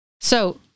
So-